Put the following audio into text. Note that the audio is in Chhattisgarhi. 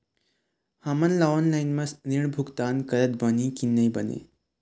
हमन ला ऑनलाइन म ऋण भुगतान करत बनही की नई बने?